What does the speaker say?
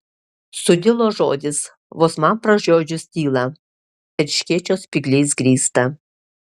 sudilo žodis vos man pražiodžius tylą erškėčio spygliais grįstą